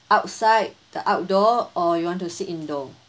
outside the outdoor or you want to sit indoor